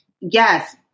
Yes